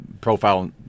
profile